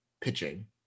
pitching